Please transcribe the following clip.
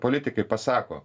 politikai pasako